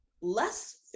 less